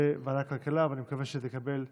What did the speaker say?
לוועדת הכלכלה, ואני מקווה שזה יקבל תמיכה.